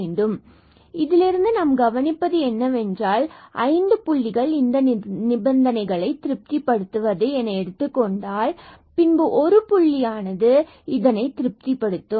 எனவே இதிலிருந்து நாம் கவனிப்பது என்னவென்றால் எடுத்துக்காட்டாக ஐந்து புள்ளிகள் இந்த நிபந்தனைகளை திருப்திப்படுத்துவது என எடுத்துக்கொண்டால் பின்பு ஒரு புள்ளியானது திருப்திபடுத்தும்